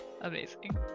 amazing